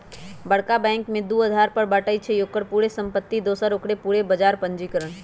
बरका बैंक के दू अधार पर बाटइ छइ, ओकर पूरे संपत्ति दोसर ओकर पूरे बजार पूंजीकरण